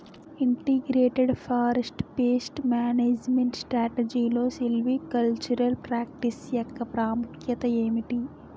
Integrated forest pest management స్ట్రాటజీలో silvicultural practice యెక్క ప్రాముఖ్యత ఏమిటి??